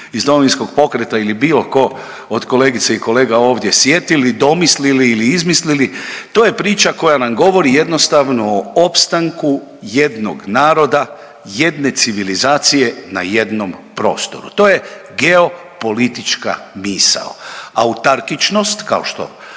iz Domovinskog pokreta ili bilo tko od kolegica i kolega ovdje sjetili, domislili ili izmislili, to je priča koja nam govori jednostavno o opstanku jednog naroda, jedne civilizacije na jednom prostoru. To je geopolitička misao, autarkičnost kao što